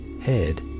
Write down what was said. head